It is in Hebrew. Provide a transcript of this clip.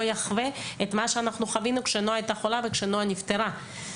יחווה את מה שאנחנו חווינו כשנועה הייתה חולה וכשנועה נפטרה.